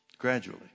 Gradually